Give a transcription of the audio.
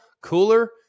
cooler